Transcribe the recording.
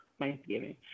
Thanksgiving